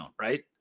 right